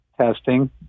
testing